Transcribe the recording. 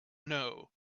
know